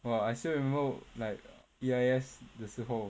!wah! I still remember like E_I_S 的时候